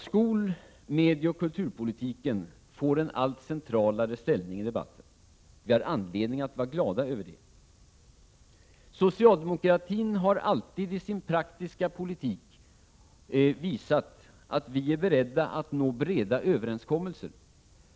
Skol-, medieoch kulturpolitiken får en allt centralare ställning i debatten. Vi har anledning att vara glada över detta. Socialdemokraterna har alltid i sin praktiska politik visat att vi är beredda att nå breda överenskommelser.